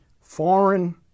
Foreign